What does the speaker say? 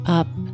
up